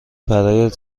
برایت